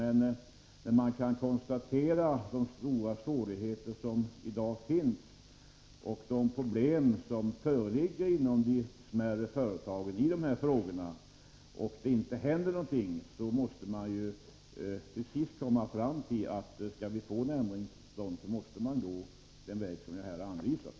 Men när man kan konstatera vilka stora svårigheter som i dag finns och vilka problem som föreligger i de smärre företagen i dessa avseenden, och när det inte händer någonting, måste man till sist komma fram till att man för att få en ändring till stånd måste gå den väg som jag här har anvisat.